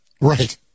right